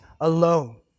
alone